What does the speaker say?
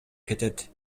кетет